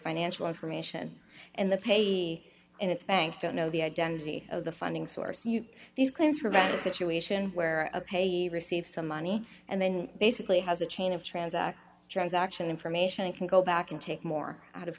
financial information and the payee and its banks don't know the identity of the funding source you these claims prevent a situation where a receive some money and then basically has a chain of transact transaction information and can go back and take more out of